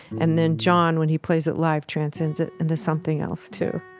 and then john when he plays it live transcends it into something else too